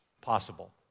possible